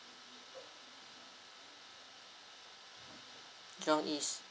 jurong east